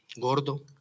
Gordo